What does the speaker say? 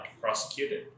prosecuted